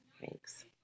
Thanks